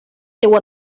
teua